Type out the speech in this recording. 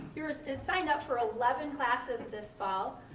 you're signed up for eleven classes this fall,